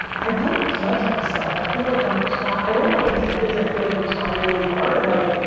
i don't judge myself, i feel like i'm trying. i know what my intent is, i feel like i'm trying really hard, and like,